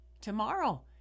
Tomorrow